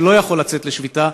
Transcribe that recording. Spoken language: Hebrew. שלא יכול לצאת לשביתה,